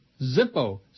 Zippo